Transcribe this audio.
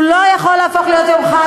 הוא לא יכול להפוך להיות יום חג,